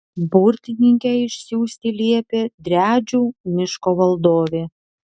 burtininkę išsiųsti liepė driadžių miško valdovė